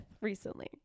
recently